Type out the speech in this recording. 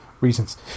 reasons